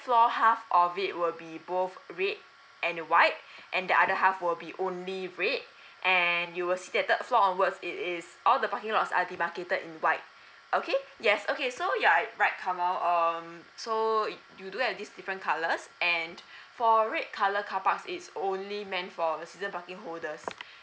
floor half of it will be both red and white and the other half will be only red and you will see at third floor onwards it is all the parking lot are demarcated in white okay yes okay so you're right komil um so you do have these different colours and for red colour carpark is only meant for season parking holders